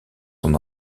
son